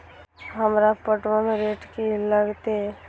हमरा पटवन रेट की लागते?